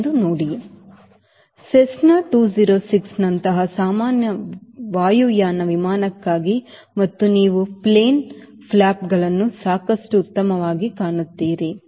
Cessna 206 ನಂತಹ ಸಾಮಾನ್ಯ ವಾಯುಯಾನ ವಿಮಾನಕ್ಕಾಗಿ ಮತ್ತು ನೀವು ಪ್ಲೇನ್ ಫ್ಲಾಪ್ಗಳನ್ನು ಸಾಕಷ್ಟು ಉತ್ತಮವಾಗಿ ಕಾಣುತ್ತೀರಿ